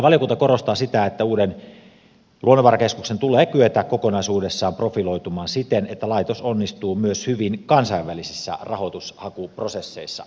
valiokunta korostaa sitä että uuden luonnonvarakeskuksen tulee kyetä kokonaisuudessaan profiloitumaan siten että laitos onnistuu hyvin myös kansainvälisissä rahoitushakuprosesseissa